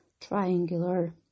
triangular